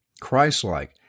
Christ-like